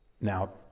Now